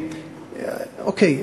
אוקיי,